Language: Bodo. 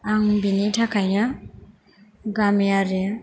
आं बिनि थाखायनो गामियारि